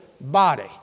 body